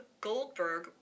Goldberg